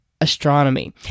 astronomy